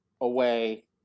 away